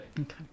Okay